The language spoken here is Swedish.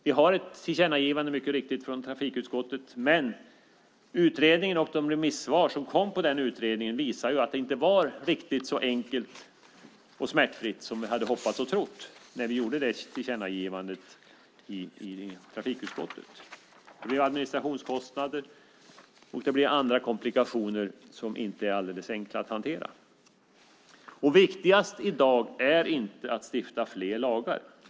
Vi har ett tillkännagivande från trafikutskottet, men utredningen och de remissvar som kom på utredningen visar att det inte var riktigt så enkelt och smärtfritt som vi hoppades och trodde när vi gjorde tillkännagivandet i trafikutskottet. Det blir administrationskostnader och andra komplikationer som inte är alldeles enkla att hantera. Viktigast i dag är inte att stifta fler lagar.